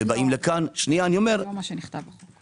זה לא מה שכתוב בחוק.